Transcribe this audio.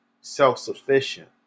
self-sufficient